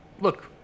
Look